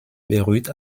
beruht